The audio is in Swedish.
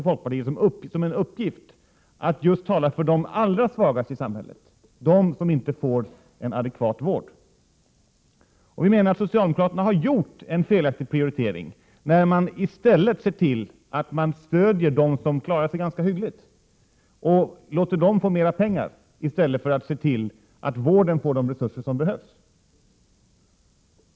Folkpartiet har tagit som sin uppgift att tala just för de allra svagaste i samhället, för dem som inte får en adekvat vård. Vi anser att socialdemokraterna gjort en felaktig prioritering när man stöder dem som klarar sig ganska hyggligt och låter dem få mer pengar i stället för att se till att vården får de resurser som behövs.